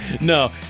no